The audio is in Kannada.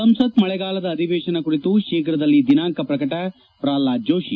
ಸಂಸತ್ ಮಳೆಗಾಲದ ಅಧಿವೇಶನ ಕುರಿತು ಶೀಘ್ರದಲ್ಲಿ ದಿನಾಂಕ ಪ್ರಕಟ ಪ್ರಲ್ವಾದ್ ಜೋಶಿ